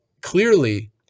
clearly